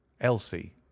elsie